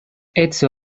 edzo